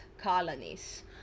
colonies